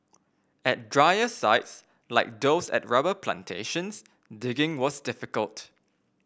at drier sites like those at rubber plantations digging was difficult